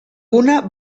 una